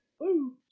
Woo